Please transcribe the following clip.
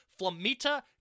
Flamita